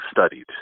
studied